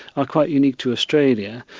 are quite unique to australia.